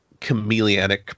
chameleonic